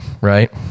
right